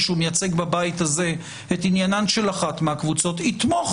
שהוא מייצג בבית הזה את עניינן של אחת מהקבוצות יתמוך